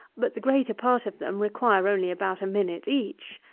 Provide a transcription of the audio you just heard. but the greater part of them require only about a minute each.